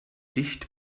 dicht